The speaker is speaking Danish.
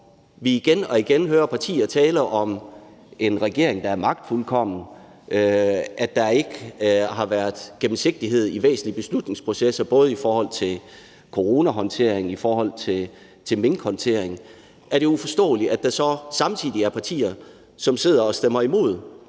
vi igen og igen hører partier tale om en regering, der er magtfuldkommen, og at der ikke har været gennemsigtighed i forhold til væsentlige beslutningsprocesser, både i forhold til coronahåndtering og i forhold til minkhåndtering, at der så samtidig er partier, som sidder og stemmer imod,